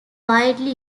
widely